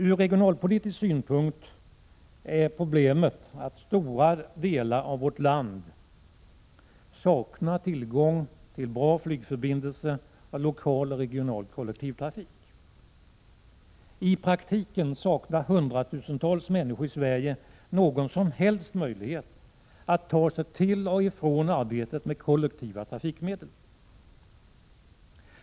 Ur regionalpolitisk synpunkt är problemet att man i stora delar av vårt land inte har tillgång till goda flygförbindelser eller lokal och regional kollektivtrafik. I praktiken har hundratusentals människor i Sverige inte någon som helst möjlighet att ta sig till eller från arbetet med kollektiva trafikmedel.